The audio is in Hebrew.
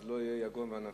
אז לא יהיו יגון ואנחה.